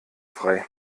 frei